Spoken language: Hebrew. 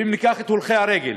וניקח את הולכי הרגל,